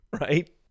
Right